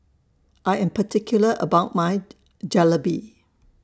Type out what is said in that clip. I Am particular about My Jalebi